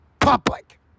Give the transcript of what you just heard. public